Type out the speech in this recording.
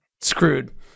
screwed